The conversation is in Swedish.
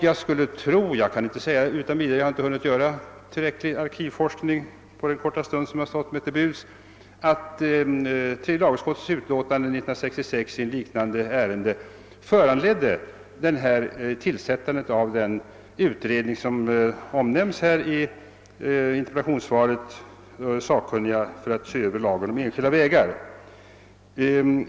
Jag har inte hunnit göra tillräcklig arkivforskning under den korta stund som stått mig till buds, men jag skulle tro att tredje lagutskottets utlåtande i ärendet år 1966 föranledde tillsättandet av den utredning som omnämns i interpellationssvaret — alltså att sakkunniga tillkallades för att se över lagen om enskilda vägar.